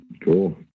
cool